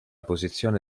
posizione